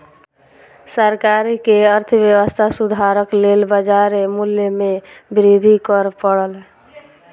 सरकार के अर्थव्यवस्था सुधारक लेल बाजार मूल्य में वृद्धि कर पड़ल